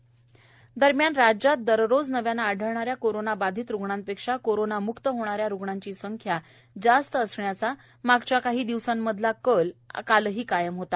राज्य कोरोंना राज्यात दररोज नव्यानं आढळणाऱ्या कोरोनाबाधित रुग्णांपेक्षा कोरोनाम्क्त होणाऱ्या रुग्णांची संख्या जास्त असण्याचा मागच्या काही दिवसांमधला कल कालही कायम होता